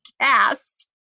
cast